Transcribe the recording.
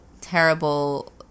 terrible